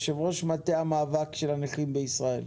יו"ר מטה המאבק של הנכים בישראל,